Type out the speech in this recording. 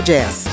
Jazz